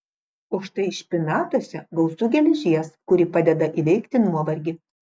o štai špinatuose gausu geležies kuri padeda įveikti nuovargį